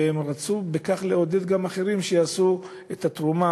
והם רצו בכך לעודד גם אחרים שיתרמו כליה,